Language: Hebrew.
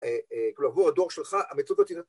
אה אה, עבור הדור שלך, המ...